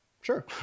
sure